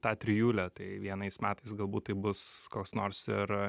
tą trijulę tai vienais metais galbūt tai bus koks nors ir